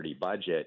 budget